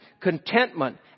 contentment